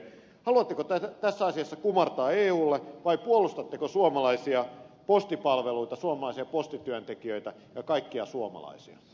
haluatteko tässä asiassa kumartaa eulle vai puolustatteko suomalaisia postipalveluita suomalaisia postityöntekijöitä ja kaikkia suomalaisia